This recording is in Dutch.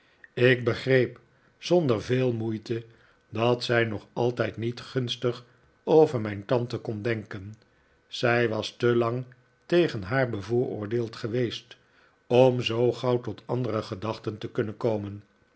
ik begreep zonder veel moeite dat zij nog altijd niet gunstig over mijn tante kon denken zij was te lang tegen haar bevooroordeeld geweest om zoo gauw tot andere gedachten te kunnen komen